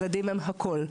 ילדים הם הכול.